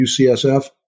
UCSF